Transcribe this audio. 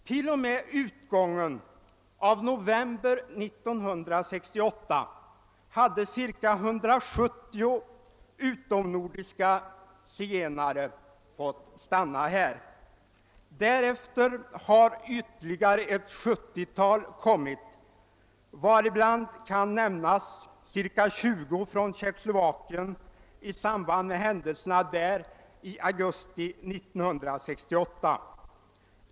T. o. m. utgången av november 1968 hade cirka 170 utomnordiska zigenare fått tillstånd att stanna här. Därefter har ytterligare ett 70-tal kommit, varibland kan nämnas cirka 20 zigenare från Tjeckoslovakien i samband med händelserna där i augusti 1968.